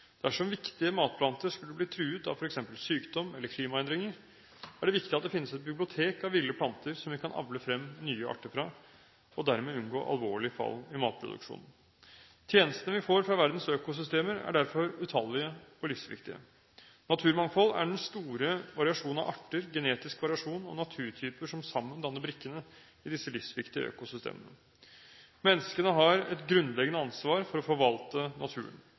Dersom viktige matplanter skulle bli truet av f.eks. sykdom eller klimaendringer, er det viktig at det finnes et bibliotek av ville planter som vi kan avle frem nye arter fra, og dermed unngå alvorlig fall i matproduksjonen. Tjenestene vi får fra verdens økosystemer, er derfor utallige og livsviktige. Naturmangfold er den store variasjon av arter, genetisk variasjon og naturtyper som sammen danner brikkene i disse livsviktige økosystemene. Menneskene har et grunnleggende ansvar for å forvalte naturen.